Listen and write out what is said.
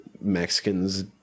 Mexicans